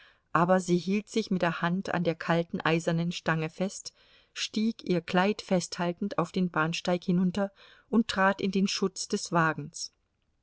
aber sie hielt sich mit der hand an der kalten eisernen stange fest stieg ihr kleid festhaltend auf den bahnsteig hinunter und trat in den schutz des wagens